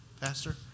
Pastor